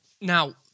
Now